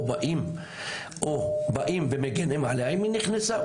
או באים ומגנים עליה אם היא נכנסה,